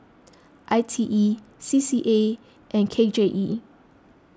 I T E C C A and K J E